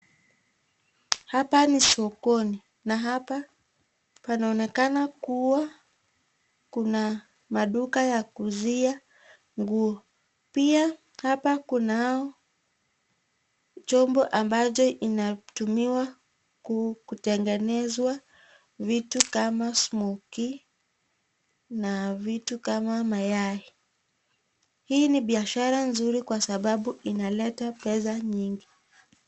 Hapa ni sokoni na hapa panonekana kuwa kuna maduka ya kuuzia nguo. Pia hapa kunao jombo ambacho unatumiwa kutengenezwa vitu kama smokii na vitu kama mayai. Hii ni biashara nzuri kwa sababu inaleta pesa nyingi.